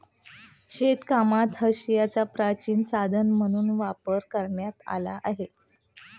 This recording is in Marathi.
शेतीकामात हांशियाचा प्राचीन साधन म्हणून वापर करण्यात आला आहे